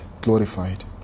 glorified